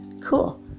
Cool